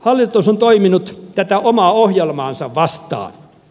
hallitus on toiminut että omaa ohjelmaansa vastaan